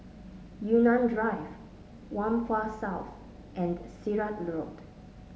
Yunnan Drive Whampoa South and Sirat Road